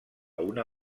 una